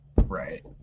right